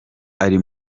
ari